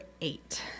eight